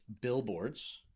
billboards